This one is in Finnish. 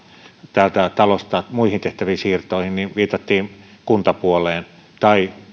täältä talosta muihin tehtäviin siirtoja niin viitattiin kuntapuoleen tai